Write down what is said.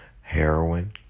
heroin